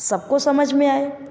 सबको समझ में आए